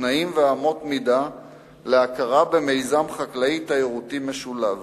תנאים ואמות מידה להכרה במיזם חקלאי-תיירותי משולב.